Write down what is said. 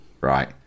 right